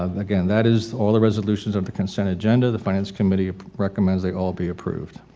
again, that is all the resolutions of the consent agenda, the finance committee recommends they all be approved